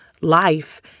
life